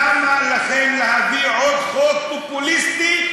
למה לכם להביא עוד חוק פופוליסטי,